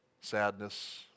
sadness